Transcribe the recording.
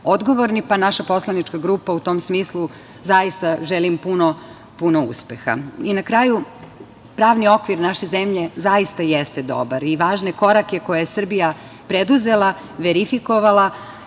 odgovorni. Naša poslanička grupa, u tom smislu zaista želi puno, puno uspeha. Na kraju pravni okvir naše zemlje zaista jeste dobar. Važne korake koje je Srbija preduzela, verifikovala,